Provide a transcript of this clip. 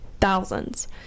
thousands